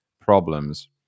problems